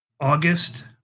August